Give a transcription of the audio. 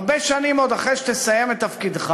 הרבה שנים עוד אחרי שתסיים את תפקידך,